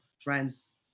friends